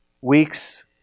weeks